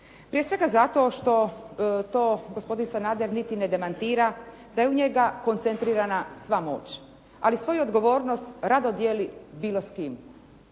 Prije svega zato što to gospodin Sanader niti ne demantira da je u njega koncentrirana sva moć, ali svoju odgovornost rado dijeli bilo s kim.